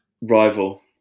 Rival